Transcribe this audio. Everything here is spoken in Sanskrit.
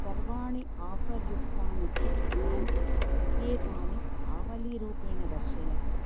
सर्वाणि आफर् युक्तानि चिप्स् ब्रेण्ड्स् इत्येतानि आवलीरूपेण दर्शय